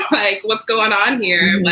like what's going on here.